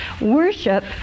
Worship